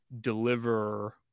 deliver